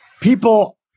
People